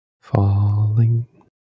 falling